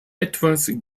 etwas